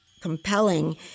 compelling